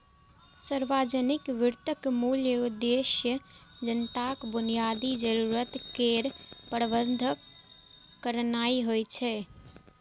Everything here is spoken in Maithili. सार्वजनिक वित्तक मूल उद्देश्य जनताक बुनियादी जरूरत केर प्रबंध करनाय होइ छै